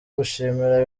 gushimira